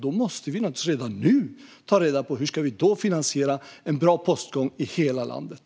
Vi måste naturligtvis redan nu ta reda på hur vi då ska finansiera en bra postgång i hela landet.